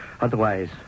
Otherwise